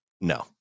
no